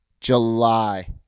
July